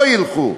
לא ילכו.